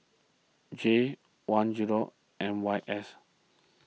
J one zero M Y S